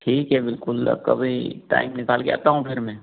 ठीक है बिल्कुल अब कभी टाइम निकाल के आता हूँ फिर मैं